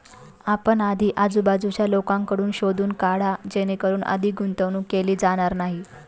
आपण आधी आजूबाजूच्या लोकांकडून शोधून काढा जेणेकरून अधिक गुंतवणूक केली जाणार नाही